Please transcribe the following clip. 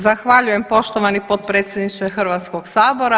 Zahvaljujem poštovani potpredsjedniče Hrvatskog sabora.